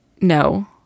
no